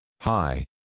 Hi